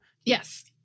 Yes